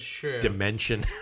dimension